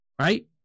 Right